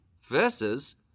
versus